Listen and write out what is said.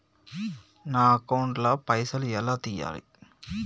నా అకౌంట్ ల పైసల్ ఎలా తీయాలి?